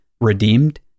redeemed